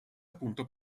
appunto